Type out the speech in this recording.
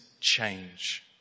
change